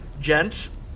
gents